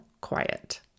quiet